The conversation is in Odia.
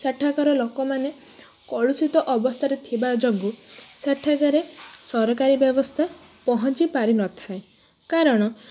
ସେଠାକାର ଲୋକମାନେ କଳୁଷିତ ଅବସ୍ଥାରେ ଥିବା ଯୋଗୁଁ ସେଠାକାର ସରକାରୀ ବ୍ୟବସ୍ଥା ପହଞ୍ଚି ପାରି ନଥାଏ କାରଣ